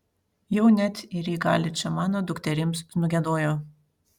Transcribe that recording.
jau net ir į galičą mano dukterims nugiedojo